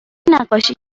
نقاشی